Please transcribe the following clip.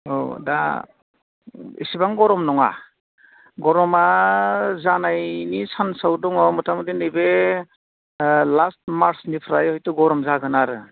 औ दा इसेबां गरम नङा गरमा जानायनि सान्साव दङ मथा मथि नैबे लास्ट मार्सनिफ्राय हयथ' गरम जागोन आरो